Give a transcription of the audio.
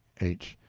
h.